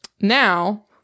now